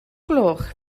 gloch